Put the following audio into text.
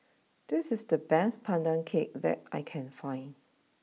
this is the best Pandan Cake that I can find